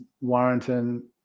Warrington